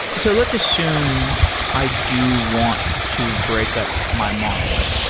so let's assume i do want to break up my monolith,